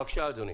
בבקשה, אדוני.